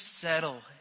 settle